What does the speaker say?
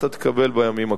אתה תקבל בימים הקרובים.